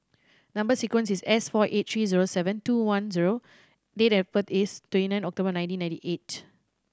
number sequence is S four eight three zero seven two one zero date of birth is twenty nine October nineteen ninety eight